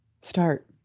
Start